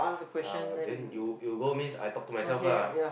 uh then you go means I talk to myself lah